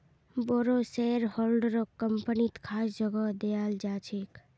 बोरो शेयरहोल्डरक कम्पनीत खास जगह दयाल जा छेक